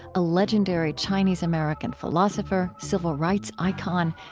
a legendary chinese-american philosopher, civil rights icon,